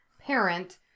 parent